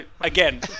again